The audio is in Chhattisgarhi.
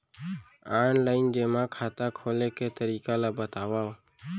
ऑनलाइन जेमा खाता खोले के तरीका ल बतावव?